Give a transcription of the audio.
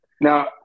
Now